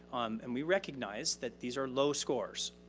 um and we recognize that these are low scores.